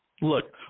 look